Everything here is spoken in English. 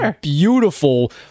beautiful